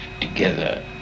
together